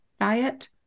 diet